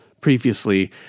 previously